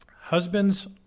Husbands